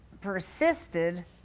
persisted